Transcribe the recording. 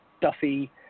Duffy